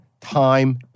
time